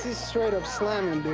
straight up slammin', dude.